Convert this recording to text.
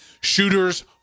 shooters